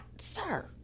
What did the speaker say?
sir